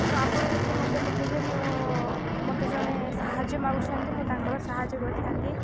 ତ ଆପଣ ଯଦି ମୋତେ କହିବେ ତ ମୋତେ ଜଣେ ସାହାଯ୍ୟ ମାଗୁଛନ୍ତି ମୁଁ ତାଙ୍କର ସାହାଯ୍ୟ କରିଥାନ୍ତି